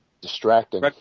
Distracting